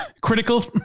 critical